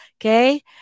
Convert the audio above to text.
okay